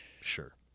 Sure